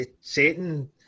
Satan